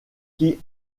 qui